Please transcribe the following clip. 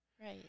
Right